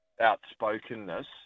outspokenness